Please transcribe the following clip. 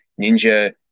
ninja